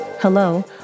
Hello